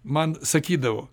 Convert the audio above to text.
man sakydavo